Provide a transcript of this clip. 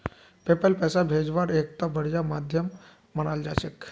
PayPal पैसा भेजवार एकता बढ़िया माध्यम मानाल जा छेक